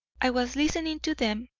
i was listening to them,